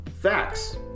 facts